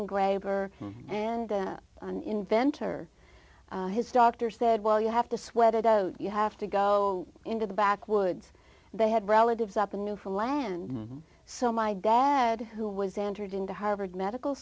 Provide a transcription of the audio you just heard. grabber and an inventor his doctor said well you have to sweat it out you have to go into the back woods they had relatives up a new for land so my dad who was entered into harvard medical